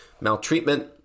maltreatment